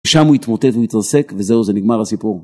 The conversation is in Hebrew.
שם הוא התמוטט והוא התרסק וזהו זה נגמר הסיפור.